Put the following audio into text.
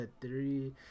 three